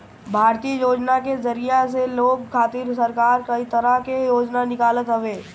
भारतीय योजना के जरिया से लोग खातिर सरकार कई तरह के योजना निकालत हवे